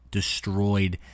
destroyed